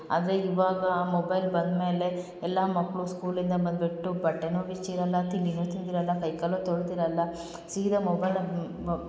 ಆದರೆ ಇವಾಗ ಮೊಬೈಲ್ ಬಂದ್ಮೇಲೆ ಎಲ್ಲಾ ಮಕ್ಕಳು ಸ್ಕೂಲಿಂದ ಬಂದ್ಬಿಟ್ಟು ಬಟ್ಟೆನು ಬಿಚ್ಚಿರಲ್ಲ ತಿಂಡಿನು ತಿಂದಿರಲ್ಲ ಕೈಕಾಲು ತೊಳ್ದಿರಲ್ಲ ಸೀದಾ ಮೊಬೈಲ